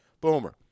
Boomer